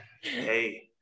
hey